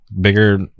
bigger